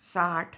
साठ